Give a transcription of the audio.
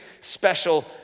special